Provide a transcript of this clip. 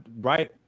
right